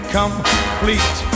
complete